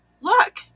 Look